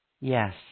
Yes